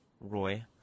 Roy